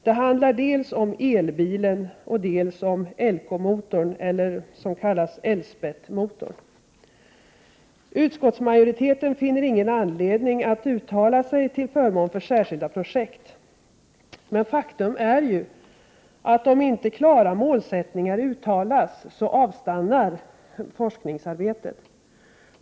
Det handlar dels om elbilen, dels om Elko-motorn, eller som den kallas, Elsbett-motorn. Utskottsmajoriteten finner ingen anledning att uttala sig till förmån för särskilda projekt. Men faktum är ju att om inte klara målsättningar uttalas så avstannar forskningsarbetet.